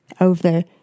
over